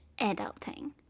adulting